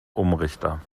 umrichter